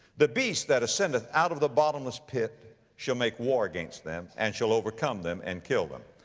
the beast that ascendeth out of the bottomless pit shall make war against them, and shall overcome them, and kill them.